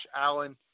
Allen